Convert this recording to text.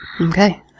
Okay